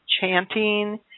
chanting